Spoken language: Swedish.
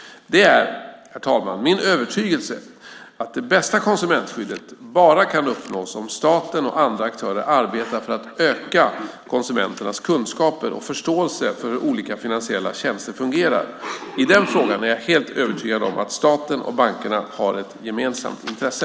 Det är, herr talman, min övertygelse att det bästa konsumentskyddet bara kan uppnås om staten och andra aktörer arbetar för att öka konsumenternas kunskaper om och förståelse för hur olika finansiella tjänster fungerar. I den frågan är jag helt övertygad om att staten och bankerna har ett gemensamt intresse.